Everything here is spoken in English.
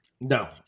No